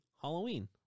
Halloween